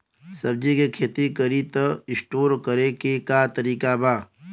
सब्जी के खेती करी त स्टोर करे के का तरीका बा?